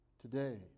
Today